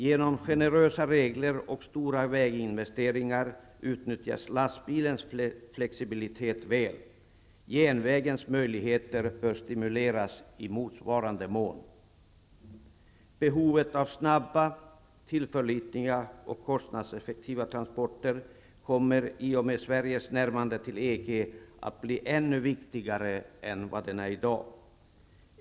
Genom generösa regler och stora väginvesteringar utnyttjas lastbilens flexibilitet väl. Järnvägens möjligheter bör stimuleras i motsvarande mån. Behovet av snabba, tillförlitliga och kostnadseffektiva transporter kommer i och med Sveriges närmande till EG att bli ännu viktigare än i dag.